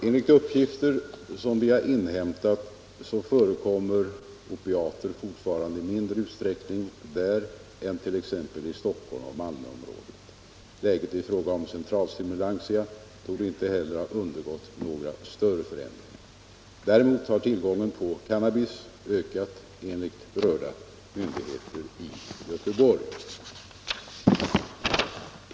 Enligt de uppgifter vi inhämtat förekommer opiater fortfarande i mindre utsträckning där än i exempelvis Stockholmsoch Malmöområdena. Läget i fråga om centralstimulantia torde inte heller ha undergått några större förändringar. Däremot har enligt berörda myndigheter tillgången på cannabis ökat i Göteborg.